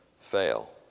fail